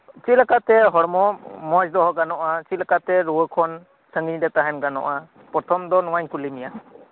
ᱪᱮᱫ ᱞᱮᱠᱟᱛᱮ ᱦᱚᱲᱢᱚ ᱢᱚᱡᱽ ᱫᱚᱦᱚ ᱜᱟᱱᱚᱜᱼᱟ ᱪᱮᱫ ᱞᱮᱠᱟᱛᱮ ᱨᱩᱣᱟᱹᱠᱷᱚᱱ ᱥᱟᱺᱜᱤᱧ ᱨᱮ ᱛᱟᱦᱮᱱ ᱜᱟᱱᱚᱜᱼᱟ ᱯᱨᱛᱷᱚᱢ ᱫᱚ ᱱᱚᱶᱟᱧ ᱠᱩᱞᱤ ᱢᱮᱭᱟ